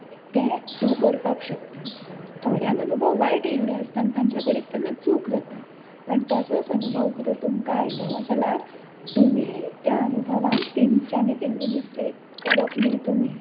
तें तूं करपाक शकता थोड्यांक अनुभव वायट येल्ले आसता आनी तांचे कडेन तेन्ना चूक जाता पूण तसोच अनुभव जर तुमकां आयलो जाल्यार तुमी त्या अनुभवांत तेंच्यांनी केल्ली मिस्टेक करप न्ही तुमी